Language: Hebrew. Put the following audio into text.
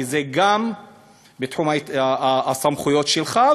כי זה גם בתחום הסמכויות שלך,